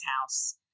house